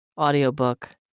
audiobook